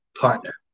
partner